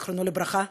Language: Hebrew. זיכרונו לברכה,